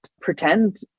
pretend